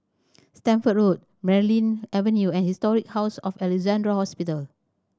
Stamford Road Merryn Avenue and Historic House of Alexandra Hospital